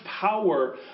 power